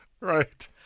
Right